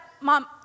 mom